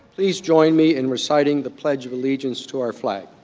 please join me in reciting the pledge of allegiance to our flag